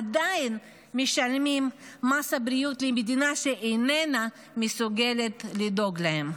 עדיין משלמים מס בריאות למדינה שאינה מסוגלת לדאוג להם.